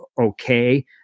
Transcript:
okay